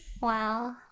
Wow